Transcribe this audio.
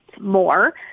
more